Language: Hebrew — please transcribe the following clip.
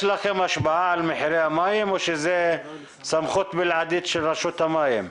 יש לכם השפעה על מחירי המים או שזה סמכות בלעדית של רשות המים?